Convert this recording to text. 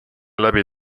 läbi